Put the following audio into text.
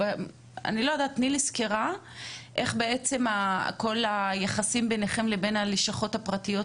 תני לי סקירה של היחסים ביניכם לבין הלשכות הפרטיות,